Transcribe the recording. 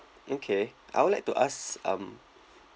okay I would like to ask um